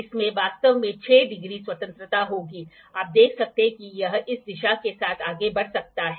आपके पास least count 1 degree हो सकती है यदि यह एक बड़ा डायमीटर प्रोट्रैक्टर है तो आपके पास आधा मिलीमीटर आधा डिग्री भी हो सकता है